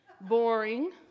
Boring